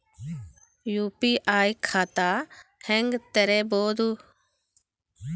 UPI ಖಾತಾ ಹೆಂಗ್ ತೆರೇಬೋದು?